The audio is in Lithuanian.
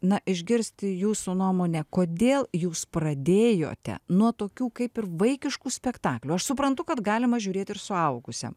na išgirsti jūsų nuomonę kodėl jūs pradėjote nuo tokių kaip ir vaikiškų spektaklių aš suprantu kad galima žiūrėt ir suaugusiem